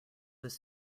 was